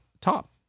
top